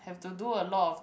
have to do a lot of